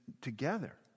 together